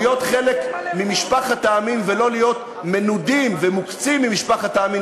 להיות חלק ממשפחות העמים ולא להיות מנודים ומוקצים ממשפחת העמים,